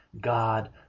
god